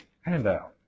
handout